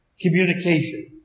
communication